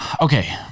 okay